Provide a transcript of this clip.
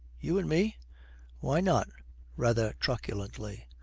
you and me why not rather truculently.